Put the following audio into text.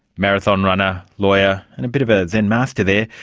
marathon runner, lawyer and a bit of a zen master there,